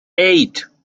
eight